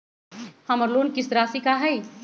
हमर लोन किस्त राशि का हई?